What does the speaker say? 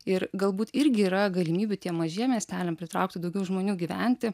ir galbūt irgi yra galimybių tiem mažiem miesteliam pritraukti daugiau žmonių gyventi